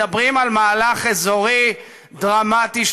מדברים על מהלך אזורי דרמטי,